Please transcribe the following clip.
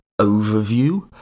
overview